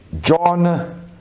John